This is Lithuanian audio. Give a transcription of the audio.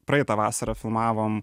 praeitą vasarą filmavom